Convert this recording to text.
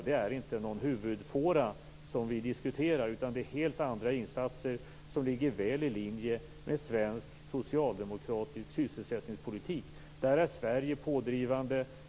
Det är inte någon huvudfåra som vi diskuterar, utan det är helt andra insatser, som ligger väl i linje med svensk socialdemokratisk sysselsättningspolitik. Där är Sverige pådrivande.